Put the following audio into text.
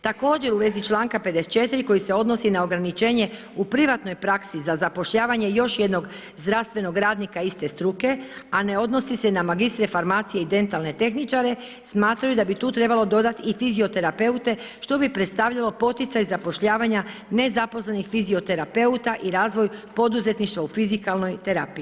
Također u vezi članka 54. koji se odnosi na ograničenje u privatnoj praksi za zapošljavanje još jednog zdravstvenog radnika iste struke a ne odnosi se na magistre farmacije i dentalne tehničare smatraju da bi tu trebalo dodati i fizioterapeute što bi predstavljalo poticaj zapošljavanja nezaposlenih fizioterapeuta i razvoj poduzetništva u fizikalnoj terapiji.